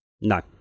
No